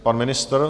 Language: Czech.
Pan ministr?